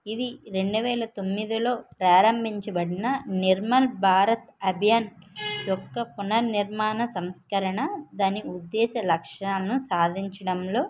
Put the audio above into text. ఇది రెండువేల తొమ్మిదిలో ప్రారంభించబడిన నిర్మల్ భారత్ అభ్యాన్ యొక్క పునర్నిర్మాణ సంస్కరణ దాని ఉద్దేశ్య లక్ష్యాలను సాధించడంలో